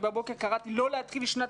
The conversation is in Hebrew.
אני בבוקר קראתי לא להתחיל את שנת